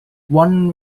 one